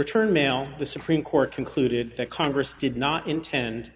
return now the supreme court concluded that congress did not intend